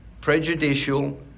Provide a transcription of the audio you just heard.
prejudicial